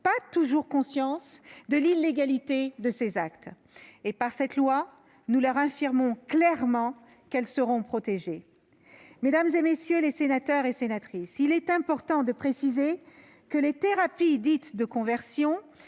pas toujours conscience de l'illégalité de ces actes. Par cette loi, nous leur affirmons clairement qu'elles seront protégées. Mesdames, messieurs les sénateurs et les sénatrices, il est important de préciser que les « thérapies de conversion